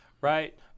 Right